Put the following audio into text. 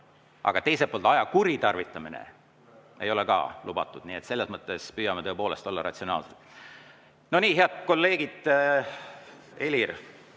Aga teiselt poolt: aja kuritarvitamine ei ole ka lubatud. Nii et selles mõttes püüame olla ratsionaalsed. No nii, head kolleegid …